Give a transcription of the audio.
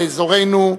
לאזורנו,